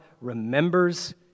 remembers